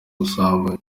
busambanyi